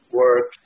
work